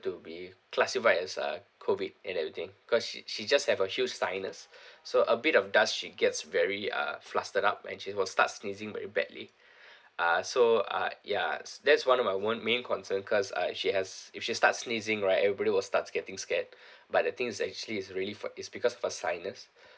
to be classified as a COVID and everything cause she she just have a huge sinus so a bit of dust she gets very uh flustered up and she will start sneezing very badly uh so uh ya that's one of my one main concern cause uh she has if she start sneezing right everybody will starts getting scared but the thing is actually it's really for it's because of her sinus